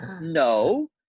No